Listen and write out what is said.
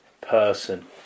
person